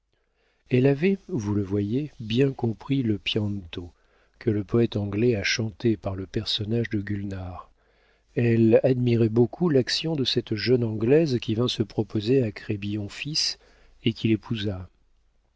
elle avait vous le voyez bien compris le pianto que le poëte anglais a chanté par le personnage de gulnare elle admirait beaucoup l'action de cette jeune anglaise qui vint se proposer à crébillon fils et qu'il épousa